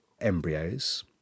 embryos